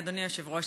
אדוני היושב-ראש,